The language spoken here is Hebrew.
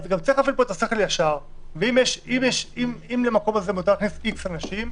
צריך להפעיל כאן את השכל הישר ואם למקום הזה מותר להכניס איקס אנשים,